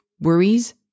worries